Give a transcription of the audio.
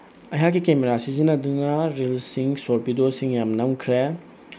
ꯑꯩꯍꯥꯛꯀꯤ ꯀꯦꯃꯦꯔꯥ ꯁꯤꯖꯤꯟꯅꯗꯨꯅ ꯔꯤꯜꯁꯤꯡ ꯁꯣꯔꯠ ꯚꯤꯗꯤꯑꯣꯁꯤꯡ ꯌꯥꯝꯅ ꯅꯝꯈ꯭ꯔꯦ